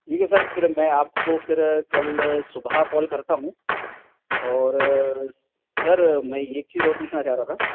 ठीक है सर फ़िर मैं आपको फ़िर कल सुबह कॉल करता हूँ और सर मैं एक चीज़ और पूछना चाह रहा था